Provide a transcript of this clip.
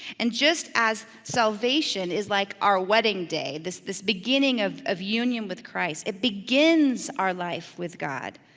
and just as salvation is like our wedding day, this this beginning of of union with christ, it begins our life with god.